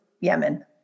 Yemen